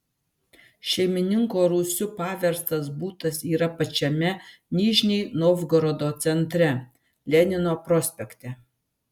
šeimininko rūsiu paverstas butas yra pačiame nižnij novgorodo centre lenino prospekte